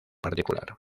particular